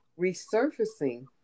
resurfacing